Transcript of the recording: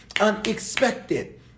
unexpected